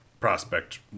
prospect